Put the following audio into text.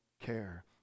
care